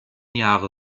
jahre